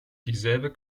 dieselbe